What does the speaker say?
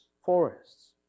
forests